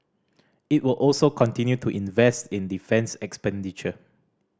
it will also continue to invest in defence expenditure